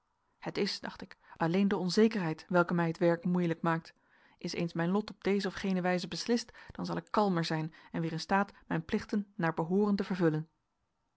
het is dacht ik alleen de onzekerheid welke mij het werk moeielijk maakt is eens mijn lot op deze of gene wijze beslist dan zal ik kalmer zijn en weer in staat mijn plichten naar behooren te vervullen